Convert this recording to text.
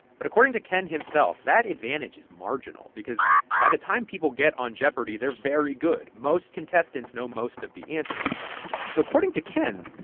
but according to ken himself, that advantage is marginal because by the time people get on jeopardy! they're very good. most contestants know most of the answers and so according to ken,